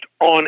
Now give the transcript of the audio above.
on